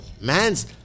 man's